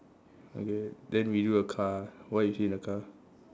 okay then we do the car what you see in the car